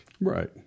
Right